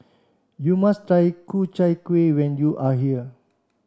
you must try Ku Chai Kuih when you are here